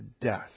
death